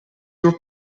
your